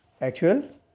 actual